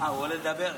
הוא עולה לדבר.